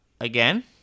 again